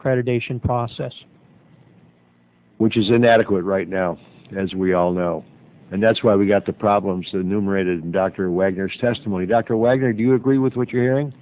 accreditation process which is inadequate right now as we all know and that's why we got the problems the numerator dr wagner's testimony dr wagner do you agree with what you're hearing